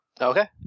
Okay